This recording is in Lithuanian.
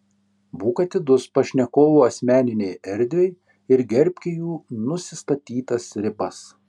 būk atidus pašnekovų asmeninei erdvei ir gerbki jų nusistatytas ribas